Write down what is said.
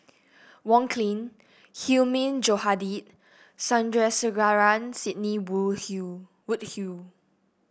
Wong Keen Hilmi Johandi Sandrasegaran Sidney Woodhull